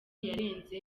yarenze